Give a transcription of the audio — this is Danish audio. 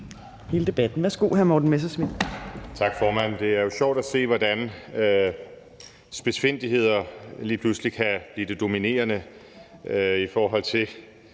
for forespørgerne) Morten Messerschmidt (DF): Tak, formand. Det er jo sjovt at se, hvordan spidsfindigheder lige pludselig kan blive det dominerende, i forhold til